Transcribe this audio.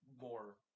more